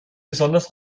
besonders